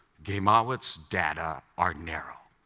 ghemawat's data are narrow.